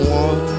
one